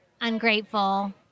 ungrateful